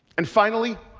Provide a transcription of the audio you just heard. and finally,